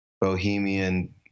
bohemian